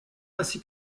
ainsi